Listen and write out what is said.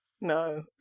No